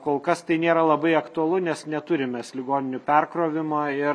kol kas tai nėra labai aktualu nes neturim mes ligoninių perkrovimo ir